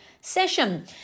session